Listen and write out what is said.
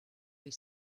les